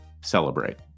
celebrate